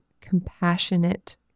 compassionate